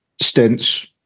stints